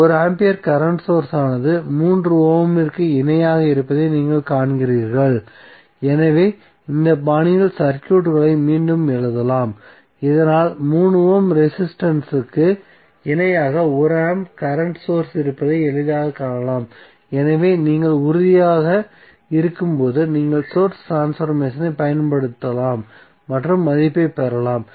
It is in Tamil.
1 ஆம்பியர் கரண்ட் சோர்ஸ் ஆனது 3 ஓமிற்கு இணையாக இருப்பதை நீங்கள் காண்கிறீர்கள் எனவே இந்த பாணியில் சர்க்யூட்களை மீண்டும் எழுதலாம் இதனால் 3 ஓம் ரெசிஸ்டன்ஸ்ற்கு இணையாக 1 ஆம்பியர் கரண்ட் சோர்ஸ் இருப்பதை எளிதாகக் காணலாம் எனவே நீங்கள் உறுதியாக இருக்கும்போது நீங்கள் சோர்ஸ் ட்ரான்ஸ்பர்மேசனைப் பயன்படுத்தலாம் மற்றும் மதிப்பைப் பெறலாம்